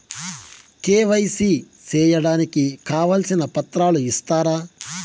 KYC సేయడానికి కావాల్సిన పత్రాలు ఇస్తారా?